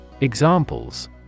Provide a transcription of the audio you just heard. Examples